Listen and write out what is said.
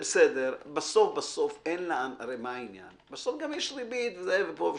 בסוף גם יש ריבית ופה ושם.